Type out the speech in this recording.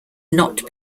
not